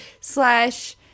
slash